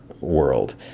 world